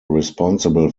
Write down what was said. responsible